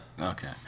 Okay